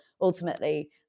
ultimately